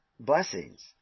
Blessings